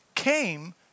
Came